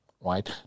right